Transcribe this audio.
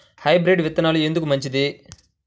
Hybrid విత్తనాలు ఎందుకు మంచిది?